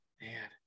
Man